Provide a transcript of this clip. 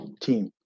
team